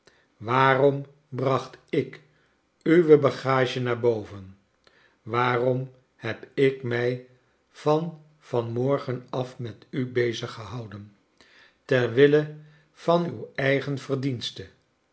waarom bracht ik uwe bagage naar boven waarom heb ik mij van van morgen af met u beziggehouden ter wille van uw eigen verdiensten